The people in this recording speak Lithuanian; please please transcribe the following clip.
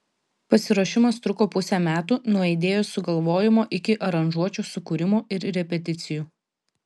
pasiruošimas truko pusę metų nuo idėjos sugalvojimo iki aranžuočių sukūrimo ir repeticijų